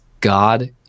God